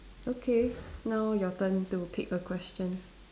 okay now your turn to pick a question